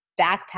backpack